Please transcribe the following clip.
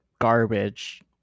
garbage